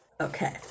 Okay